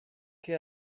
qué